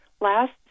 last